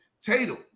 Tatum